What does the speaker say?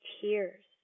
tears